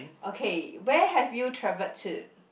okay where have you traveled to